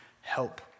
help